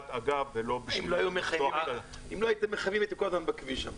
אגב ולא --- אם לא היו מחייבים הייתם כל הזמן בכביש שם.